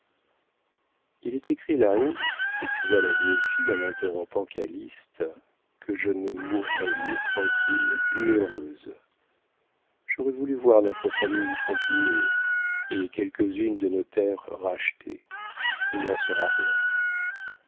il est écrit là-haut s'écria la vieille fille en interrompant calyste que je ne mourrai ni tranquille ni heureuse j'aurais voulu voir notre famille continuée et quelques-unes de nos terres rachetées il n'en sera rien